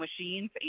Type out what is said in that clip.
machines